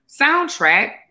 soundtrack